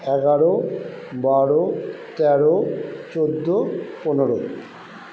এগারো বারো তেরো চৌদ্দো পনেরো